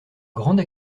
grande